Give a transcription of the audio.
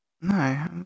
No